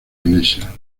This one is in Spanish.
iglesia